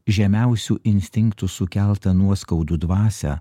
žemiausių instinktų sukeltą nuoskaudų dvasią